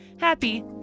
happy